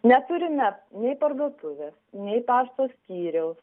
neturime nei parduotuvės nei pašto skyriaus